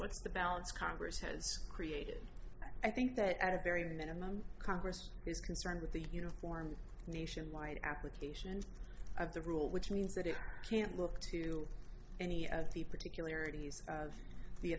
s the balance congress has created i think that at the very minimum congress is concerned with the uniformed nationwide application of the rule which means that it can't look to any of the particular